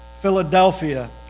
Philadelphia